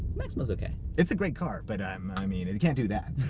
maxima's okay. it's a great car, but, i um i mean, it can't do that.